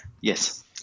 Yes